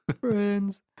friends